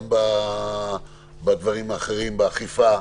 גם בדברים האחרים, באכיפה,